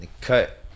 cut